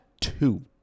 two